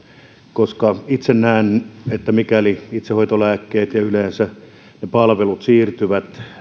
koska itse näen että mikäli itsehoitolääkkeet ja yleensä palvelut siirtyvät